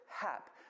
hap